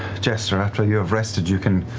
jester, after you have rested, you can,